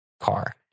car